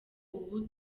ubu